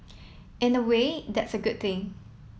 in a way that's a good thing